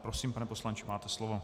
Prosím, pane poslanče, máte slovo.